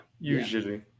Usually